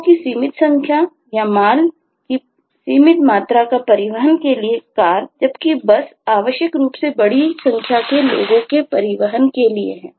लोगों की सीमित संख्या या माल की सीमित मात्रा का परिवहन के लिए car जबकि bus आवश्यक रूप से बड़ी संख्या में लोगों के परिवहन के लिए है